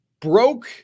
broke